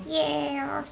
yes